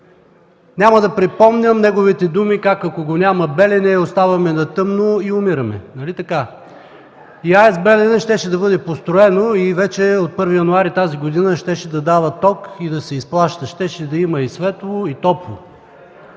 Няма да припомням неговите думи как, ако го няма Белене, оставяме на тъмно и умираме. Нали така? АЕЦ „Белене” щеше да бъде построена и от 1 януари тази година щеше дава ток и да се изплаща. Щеше да им е светло, и топло.